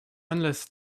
unless